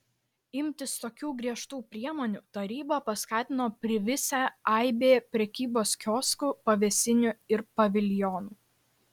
imtis tokių griežtų priemonių tarybą paskatino privisę aibė prekybos kioskų pavėsinių ir paviljonų